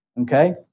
Okay